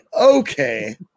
Okay